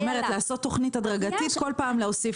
לעשות תוכנית הדרגתית וכל פעם להוסיף